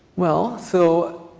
well so,